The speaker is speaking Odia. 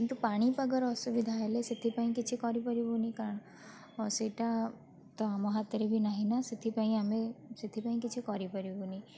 କିନ୍ତୁ ପାଣିପାଗର ଅସୁବିଧା ହେଲେ ସେଥିପାଇଁ କିଛି କରିପାରିବୁ ନି କାରଣ ହଁ ସେଇଟା ତ ଆମ ହାତରେ ବି ନାହିଁ ନା ସେଥିପାଇଁ ଆମେ ସେଥିପାଇଁ କିଛି କରିପାରିବୁ ନି